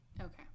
Okay